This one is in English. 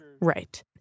Right